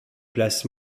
places